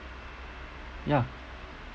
ya